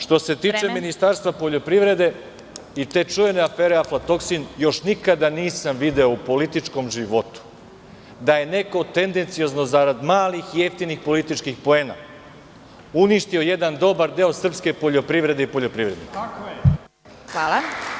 Što se tiče Ministarstva poljoprivrede, i te čuvene afere aflatoksin, još nikada nisam video u političkom životu da je neko tendenciozno zarad malih i jeftinih političkih poena uništio jedan dobar deo srpske poljoprivrede i poljoprivrednike.